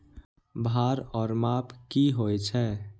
भार ओर माप की होय छै?